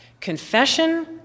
Confession